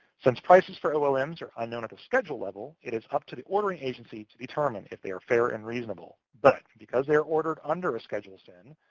since prices for olm's are unknown at the schedule level, it is up to the ordering agency to determine if they are fair and reasonable. but because they are ordered under a schedule sin,